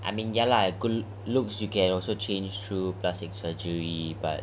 I mean ya lah good looks you can also change via plastic surgery but